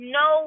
no